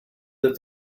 that